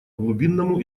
глубинному